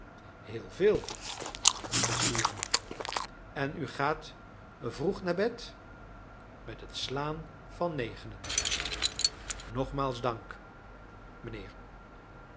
heel veel beste jongen en u gaat vroeg naar bed met het slaan van negenen nogmaals dank mijnheer